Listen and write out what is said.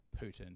Putin